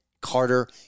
Carter